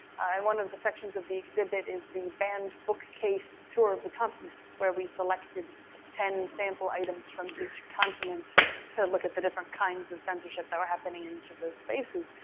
and one of the sections of the exhibit is the banned bookcase tour of the continents where we selected ten sample items from each continent to look at the different kinds of censorship that were happening in each of those spaces.